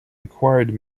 required